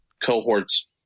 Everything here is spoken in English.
cohorts